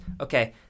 Okay